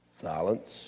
silence